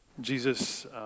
Jesus